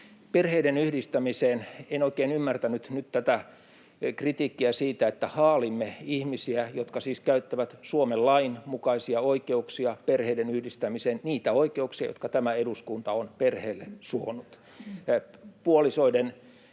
Perheiden yhdistämiseen: En oikein ymmärtänyt nyt tätä kritiikkiä siitä, että haalimme ihmisiä, jotka siis käyttävät Suomen lain mukaisia oikeuksia perheiden yhdistämiseen, niitä oikeuksia, jotka tämä eduskunta on perheelle suonut puolisoiden